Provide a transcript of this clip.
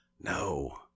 No